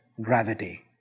Gravity